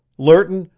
lerton,